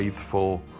faithful